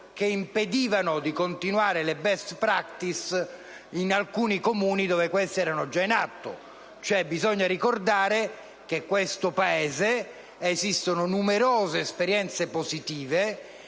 che impedivano di continuare le *best practice* in alcuni Comuni in cui esse erano già in atto. Bisogna infatti ricordare che nel nostro Paese esistono numerose esperienze positive